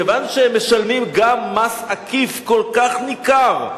כיוון שהם משלמים גם מס עקיף כל כך ניכר,